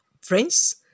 Friends